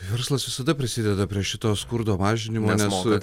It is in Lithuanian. verslas visada prisideda prie šito skurdo mažinimo